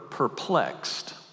Perplexed